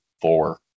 four